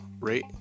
rate